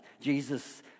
Jesus